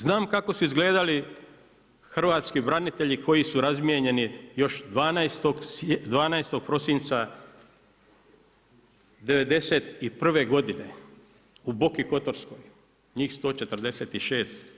Znam kako su izgledali hrvatski branitelji koji su razmijenjeni još 12. prosinca 91. godine u Boki Kotorskoj njih 146.